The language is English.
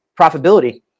profitability